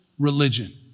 religion